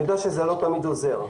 אני יודע שזה לא תמיד עוזר,